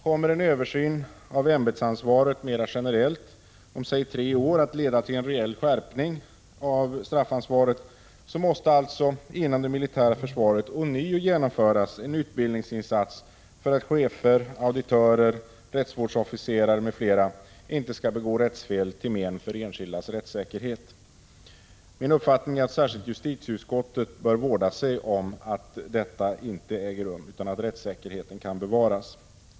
Kommer en översyn av ämbetsansvaret mera generellt om säg tre år att leda till en reell skärpning av straffansvaret, måste alltså inom det militära försvaret ånyo genomföras en utbildningsinsats för att chefer, auditörer, rättsvårdsofficerare m.fl. inte skall begå rättsfel till men för enskildas rättssäkerhet. Min uppfattning är att särskilt justitieutskottet bör vårda sig om att detta inte äger rum utan att rättssäkerheten kan bevaras.